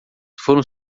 foram